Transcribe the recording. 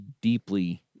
deeply